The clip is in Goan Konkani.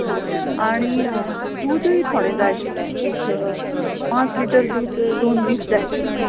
आनी दुदय थोडे जाय आशिल्ले एक पांच लिटर दूद दोन दीस जाय आशिल्ले